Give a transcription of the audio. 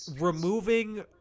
removing